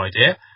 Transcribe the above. idea